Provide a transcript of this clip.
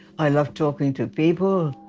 i love talking to people.